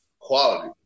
quality